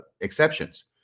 exceptions